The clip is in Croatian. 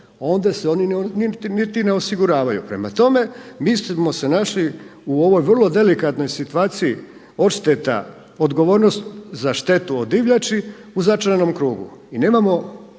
onda se oni niti ne osiguravaju. Prema tome, mi smo se našli u ovoj vrlo delikatnoj situaciji odšteta odgovornost za štetu od divljači u začaranom krugu. Nemamo